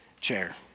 chair